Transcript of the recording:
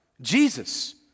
Jesus